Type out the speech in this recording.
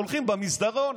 הולכים במסדרון?